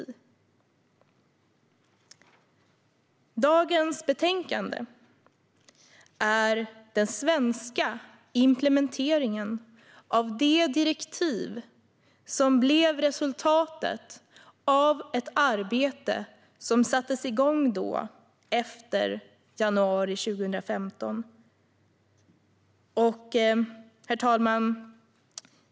Dagens betänkande är den svenska implementeringen av det direktiv som blev resultatet av ett arbete som sattes igång då, efter januari 2015. Herr talman!